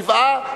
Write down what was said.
שבעה,